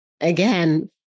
again